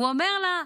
אומר לה: